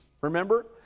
Remember